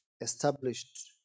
established